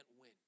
win